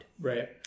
Right